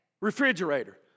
refrigerator